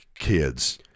kids